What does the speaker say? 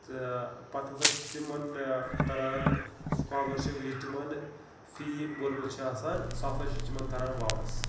تہٕ پَتہٕ ہسا چھِ تِمن ٲں تَران سُکالرشِپ یہِ تِمن فی بوٚرمُت چھُ آسان سُہ ہسا چھُ تِمن تَران واپَس